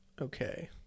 Okay